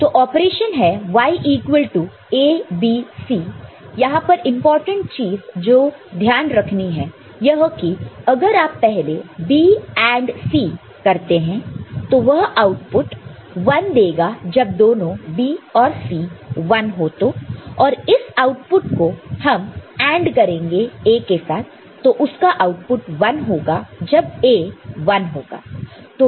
तो ऑपरेशन है Y equal to ABC यहां पर इंपॉर्टेंट चीज जो ध्यान रखनी है यह कि अगर आप पहले B AND C करते हैं तो वह आउटपुट 1 देगा जब दोनों B और C 1 हो तो और इस आउटपुट को हम AND करेंगे A के साथ तो उसका आउटपुट 1 होगा जब A 1 होगा